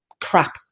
crap